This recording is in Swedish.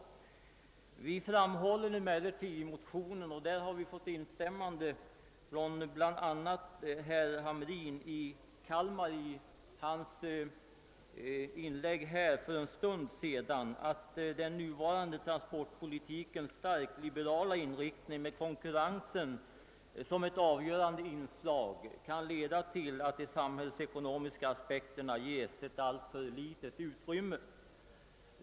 Men vi framhåller i motionen, och därvidlag har vi fått instämmande av bland andra herr Hamrin i Kalmar i hans inlägg för en stund sedan, att den nuvarande transportpolitikens starkt liberala inriktning, med konkurrensen som ett avgörande inslag, kan leda till att de samhällsekonomiska aspekterna ges alltför litet utrymme.